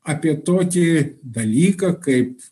apie tokį dalyką kaip